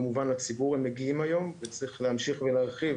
כמובן לציבור הם מגיעים היום וצריך להמשיך ולהרחיב